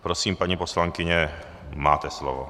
Prosím, paní poslankyně, máte slovo.